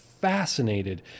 fascinated